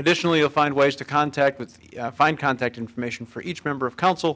additionally to find ways to contact with find contact information for each member of council